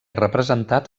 representat